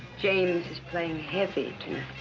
james is playing heavy